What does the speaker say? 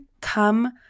come